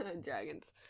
dragons